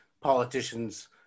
politicians